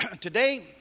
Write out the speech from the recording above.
Today